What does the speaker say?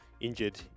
injured